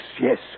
yes